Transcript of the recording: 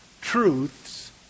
truths